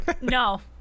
No